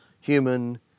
human